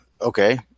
okay